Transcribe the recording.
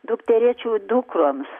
dukterėčių dukroms